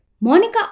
Monica